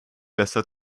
besser